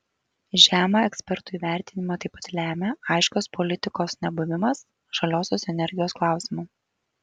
žemą ekspertų įvertinimą taip pat lemią aiškios politikos nebuvimas žaliosios energijos klausimu